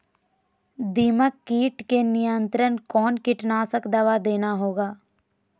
दीमक किट के नियंत्रण कौन कीटनाशक दवा देना होगा?